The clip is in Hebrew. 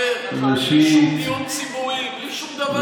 ישראל אם חוק כזה חלילה יעבור.